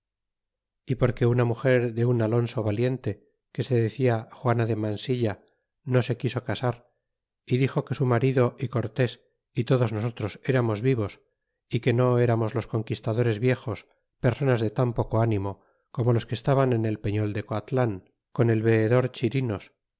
é porque una muger de un alonso valiente que se decia juana de mansilla no se quiso casar y dixo que su marido y cortés y todos nosotros eramos vivos y que no eramos los conquistadores viejos personas de tau poco ánimo como los que estaban en el peiiol de coatlan con el veedor chirincs